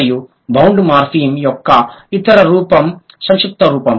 మరియు bound morpheme యొక్క ఇతర రూపం సంక్షిప్త రూపం